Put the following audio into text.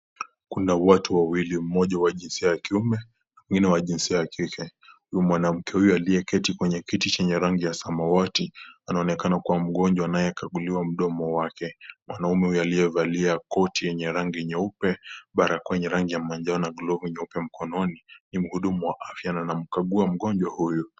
Kuna watu wawili, mmoja wa jinsia ya kiume, mwingine wa jinsia ya kike. Huyu mwanamke huyu aliyeketi kwenye kiti chenye rangi ya samawati, anaonekana kuwa mgonjwa anayekaguliwa mdomo wake. Mwanaume huyu aliyevalia koti yenye rangi nyeupe, barakoa yenye rangi ya manjano na glavu nyeupe mkononi, ni mhudumu wa afya na anamkagua mgonjwa huyu.